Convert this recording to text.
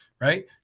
Right